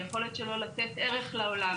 היכולת שלו לתת ערך לעולם.